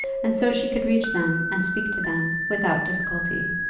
and so she could reach them and speak to them without difficulty.